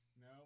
No